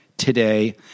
today